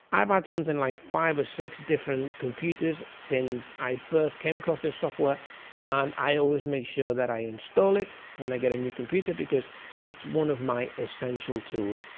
i've had something like five or six different computers since i first came across this software and i always make sure that i install it when i get a new computer because it's one of my essential tools.